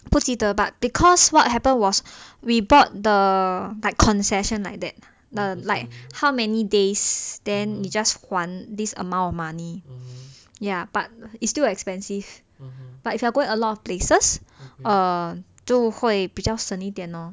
不记得 but because what happened was we bought the like concession like that the like how many days then just 还 this amount of money ya but it's still expensive but if you are going a lot of places err 就会比较省一点 lor